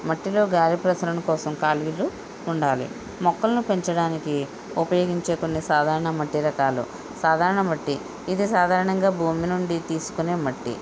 మట్టిలో గాలి ప్రసరణ కోసం ఖాళీలు ఉండాలి మొక్కలను పెంచడానికి ఉపయోగించే కొన్ని సాధారణ మట్టి రకాలు సాధారణ మట్టి ఇదే సాధారణంగా భూమి నుండి తీసుకునే మట్టి